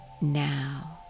now